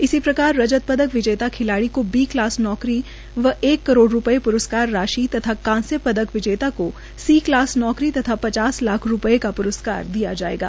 इसी प्रकार रजत पदक विजेता खिलाड़ी को बी क्लास नौकरी व एक करोड़ रूपये प्रस्कार राशि तथा कांस्य पदक विजेता को सी कलास नौकरी व पचास लाख रूपये का प्रस्कार दिय जायेगा